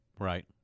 Right